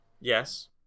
Yes